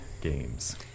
games